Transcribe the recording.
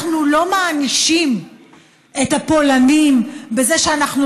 אנחנו לא מענישים את הפולנים בזה שאנחנו